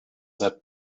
that